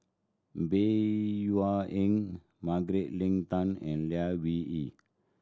Bey Wua Eng Margaret Leng Tan and Lai Weijie